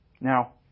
Now